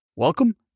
Welcome